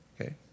Okay